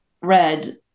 read